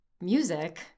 Music